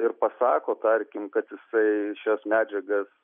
ir pasako tarkim kad jisai šias medžiagas